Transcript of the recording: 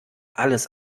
alles